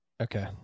Okay